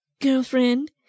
Girlfriend